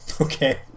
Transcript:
Okay